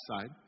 side